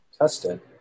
tested